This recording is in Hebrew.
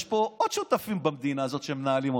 יש פה עוד שותפים במדינה הזאת שמנהלים אותה.